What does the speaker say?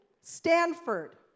Stanford